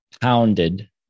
pounded